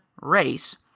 race